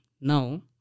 now